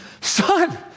son